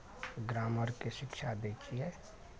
ग्रामरके शिक्षा दै छियै